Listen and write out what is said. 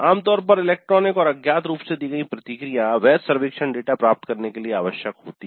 आम तौर पर इलेक्ट्रॉनिक और अज्ञात रूप से दी गई प्रतिक्रिया वैध सर्वेक्षण डेटा प्राप्त करने के लिए आवश्यक होती है